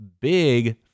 big